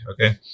okay